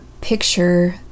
picture